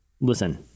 Listen